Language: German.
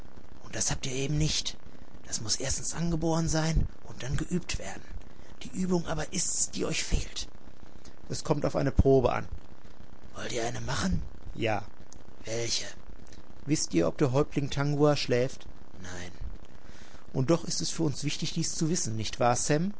und das habt ihr eben nicht das muß erstens angeboren sein und dann geübt werden die uebung aber ist's die euch fehlt es kommt auf eine probe an wollt ihr eine machen ja welche wißt ihr ob der häuptling tangua schläft nein und doch ist es für uns wichtig dies zu wissen nicht wahr